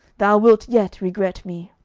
thou wilt yet regret me